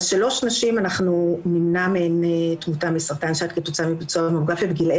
אז נמנע משלוש נשים תמותה מסרטן שד כתוצאה מביצוע ממוגרפיה בגילאי